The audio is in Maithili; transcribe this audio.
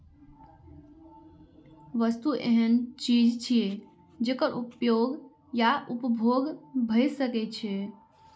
वस्तु एहन चीज छियै, जेकर उपयोग या उपभोग भए सकै छै